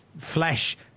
flesh